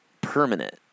permanent